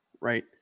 right